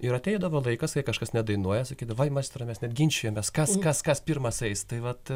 ir ateidavo laikas jei kažkas nedainuoja sakydavo ai maestro mes net ginčijomės kas kas kas pirmas eis tai vat